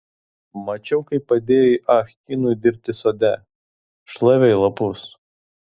mačiau kaip padėjai ah kinui dirbti sode šlavei lapus